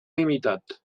limitat